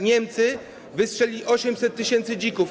Niemcy wystrzelali 800 tys. dzików.